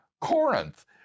Corinth